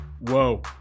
Whoa